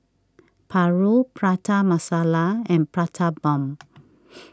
Paru Prata Masala and Prata Bomb